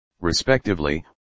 respectively